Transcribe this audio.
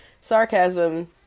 Sarcasm